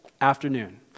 afternoon